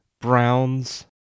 browns